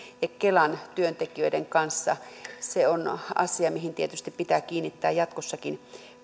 ja kelan työntekijöiden kanssa se on asia mihin tietysti pitää kiinnittää jatkossakin